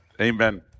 amen